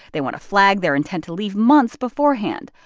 they want to flag their intent to leave months beforehand.